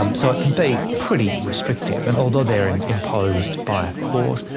um so it can be pretty restrictive, and although they're and imposed by a court,